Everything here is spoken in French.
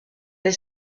les